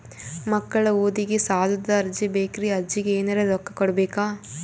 ಮಕ್ಕಳ ಓದಿಗಿ ಸಾಲದ ಅರ್ಜಿ ಬೇಕ್ರಿ ಅರ್ಜಿಗ ಎನರೆ ರೊಕ್ಕ ಕೊಡಬೇಕಾ?